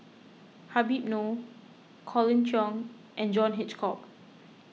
Habib Noh Colin Cheong and John Hitchcock